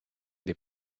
des